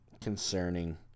Concerning